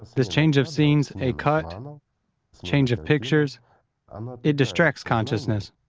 this change of scenes, a cut, and change of pictures um ah it distracts consciousness,